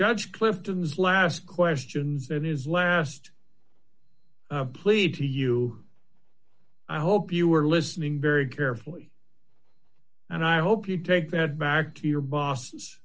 judge clifton's last questions that is last plea to you i hope you are listening very carefully and i hope you take that back to your boss